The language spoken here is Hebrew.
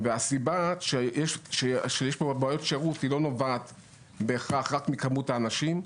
והסיבה שיש פה בעיות שירות לא נובעת בהכרח רק מכמות האנשים,